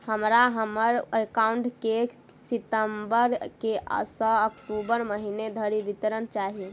हमरा हम्मर एकाउंट केँ सितम्बर सँ अक्टूबर महीना धरि विवरण चाहि?